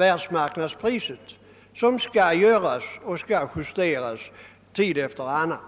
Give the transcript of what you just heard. världsmarknadspriset, en justering som skall göras tid efter annan.